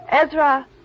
Ezra